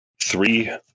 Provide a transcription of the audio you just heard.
three